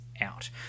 out